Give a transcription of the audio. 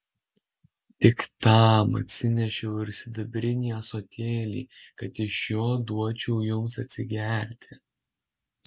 tik tam atsinešiau ir sidabrinį ąsotėlį kad iš jo duočiau jums atsigerti